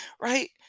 Right